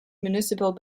municipal